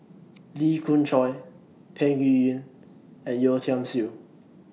Lee Khoon Choy Peng Yuyun and Yeo Tiam Siew